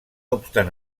obstant